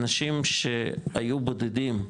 אנשים שהיו בודדים,